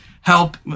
help